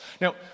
Now